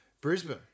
Brisbane